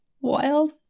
Wild